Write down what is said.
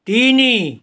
ତିନି